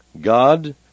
God